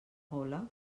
gola